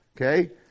Okay